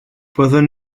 byddwn